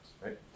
right